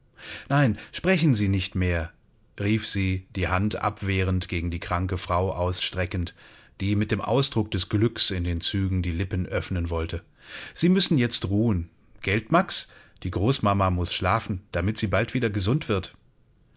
nein sprechen sie nicht mehr rief sie die hand abwehrend gegen die kranke frau ausstreckend die mit dem ausdruck des glückes in den zügen die lippen öffnen wollte sie müssen jetzt ruhen gelt max die großmama muß schlafen damit sie bald wieder gesund wird